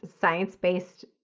science-based